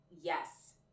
Yes